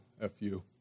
F-U